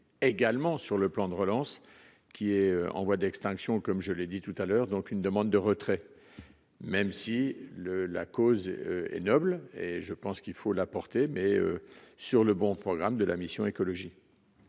également sur le plan de relance qui est en voie d'extinction comme je l'ai dit tout à l'heure donc une demande de retrait, même si le la cause est noble et je pense qu'il faut la porter, mais sur le bon programme de la mission Écologie.